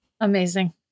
Amazing